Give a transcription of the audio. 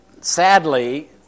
sadly